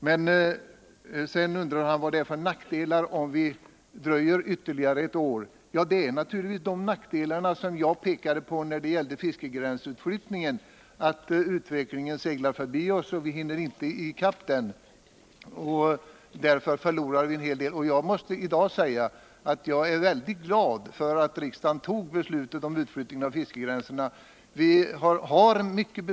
Han frågade vidare vad det är för nackdelar med att vi dröjer ytterligare ett år. Det är naturligtvis de nackdelar som jag pekade på när det gällde fiskegränsutflyttningen. Utvecklingen seglar förbi oss, och vi hinner inte ikapp den. Därmed förlorar vi en hel del. Jag måste i dag säga att jag är mycket glad för att riksdagen fattade beslutet om utflyttningen av fiskegränserna.